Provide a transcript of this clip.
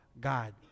God